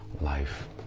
life